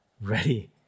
ready